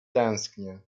tęsknie